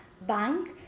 bank